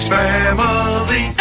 family